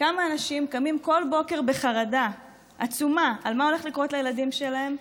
כמה אנשים קמים כל בוקר בחרדה עצומה על מה שהולך לקרות לילדים שלהם,